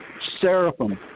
seraphim